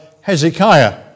Hezekiah